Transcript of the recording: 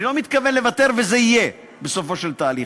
אני לא מתכוון לוותר, וזה יהיה בסופו של תהליך.